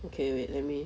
okay wait let me